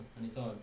anytime